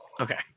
Okay